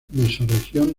mesorregión